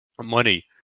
money